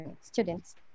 students